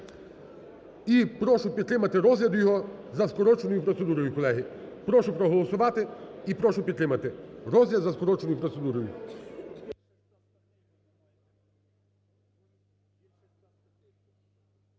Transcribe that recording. І прошу підтримати розгляд його за скороченою процедурою, колеги. Прошу проголосувати і прошу підтримати. Розгляд за скороченою процедурою.